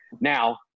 Now